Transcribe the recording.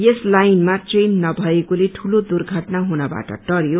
यस लाइनमा ट्रेन नभएकोले दूलो दुर्वटना हुनबाट टरयो